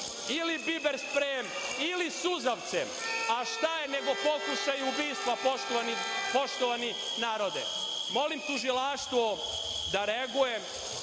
ili biber sprejom ili suzavcem, a šta je nego pokušaj ubistva, poštovani narode? Molim tužilaštvo da reaguje,